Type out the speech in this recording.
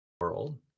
world